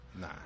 Nah